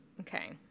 Okay